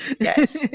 yes